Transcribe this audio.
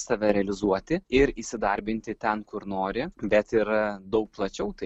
save realizuoti ir įsidarbinti ten kur nori bet ir daug plačiau tai